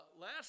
Last